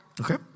Okay